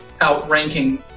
outranking